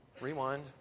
Rewind